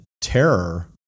terror